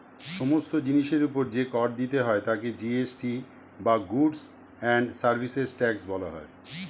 সমস্ত জিনিসের উপর যে কর দিতে হয় তাকে জি.এস.টি বা গুডস্ অ্যান্ড সার্ভিসেস ট্যাক্স বলা হয়